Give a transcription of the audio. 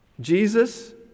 Jesus